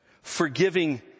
forgiving